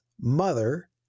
mother